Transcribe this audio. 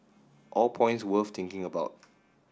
all points worth thinking about